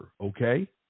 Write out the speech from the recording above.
okay